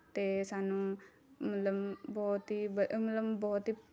ਅਤੇ ਸਾਨੂੰ ਮਤਲਬ ਬਹੁਤ ਹੀ ਬ ਮਤਲਬ ਬਹੁਤ ਹੀ